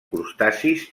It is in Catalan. crustacis